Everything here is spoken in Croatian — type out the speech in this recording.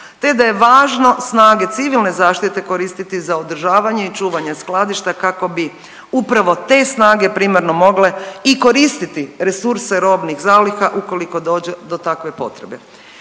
te da je važno snage civilne zaštite koristiti za održavanje i čuvanje skladišta kako bi upravo te snage primarno mogle i koristiti resurse robnih zaliha ukoliko dođe to takve potrebe.